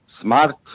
smart